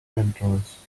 entrance